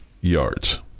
yards